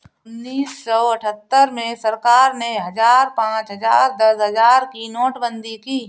उन्नीस सौ अठहत्तर में सरकार ने हजार, पांच हजार, दस हजार की नोटबंदी की